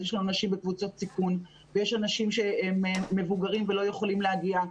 יש אנשים שהם בקבוצות סיכון ויש מבוגרים שלא יכולים להגיע.